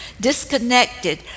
disconnected